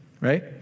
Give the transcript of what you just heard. Right